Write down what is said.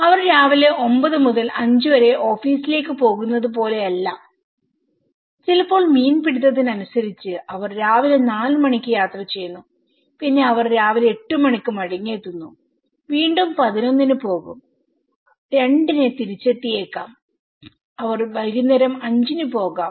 അവർ രാവിലെ 900 മുതൽ 500 വരെ ഓഫീസിലേക്ക് പോകുന്നത് പോലെയല്ലചിലപ്പോൾ മീൻപിടിത്തത്തിന് അനുസരിച്ചു അവർ രാവിലെ നാല് മണിക്ക് യാത്ര ചെയ്യുന്നു പിന്നെ അവർ രാവിലെ എട്ട് മണിക്ക് മടങ്ങിയെത്തുന്നു വീണ്ടും 1100 ന് പോകും അവർ 200 ന് തിരിച്ചെത്തിയേക്കാം അവർ വൈകുന്നേരം 500 ന് പോകാം